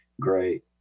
great